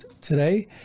today